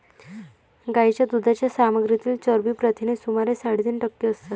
गायीच्या दुधाच्या सामग्रीतील चरबी प्रथिने सुमारे साडेतीन टक्के असतात